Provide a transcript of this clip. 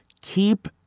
Keep